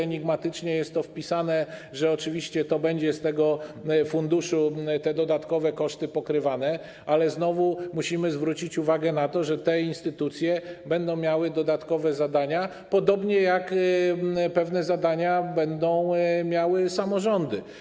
Enigmatycznie napisano, że oczywiście z tego funduszu te dodatkowe koszty będą pokrywane, ale znowu musimy zwrócić uwagę na to, że te instytucje będą miały dodatkowe zadania, podobnie jak pewne zadania będą miały samorządy.